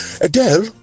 Adele